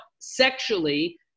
sexually